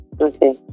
Okay